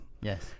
Yes